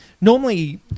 normally